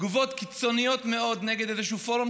תגובות קיצוניות מאוד נגד איזשהו פורום,